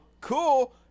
cool